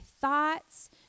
thoughts